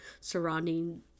surrounding